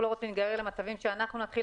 אנחנו גם לא רוצים להיגרר למצבים שאנחנו נתחיל